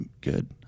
good